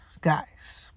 guys